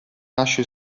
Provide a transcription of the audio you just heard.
nasce